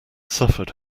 suffered